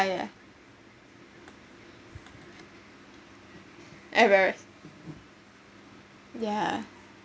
ya ya embarrassed yeah uh